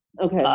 okay